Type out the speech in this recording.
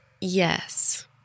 Yes